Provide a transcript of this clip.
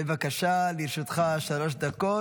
בבקשה, לרשותך שלוש דקות.